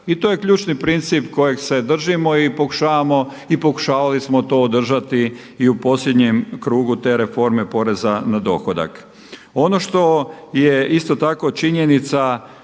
i to je ključni princip kojeg se držimo i pokušavamo i pokušavali smo to održati i u posljednjem krugu te reforme poreza na dohodak. Ono što je isto tako činjenica